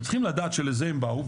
הם צריכים לדעת שלזה הם באו,